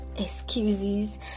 excuses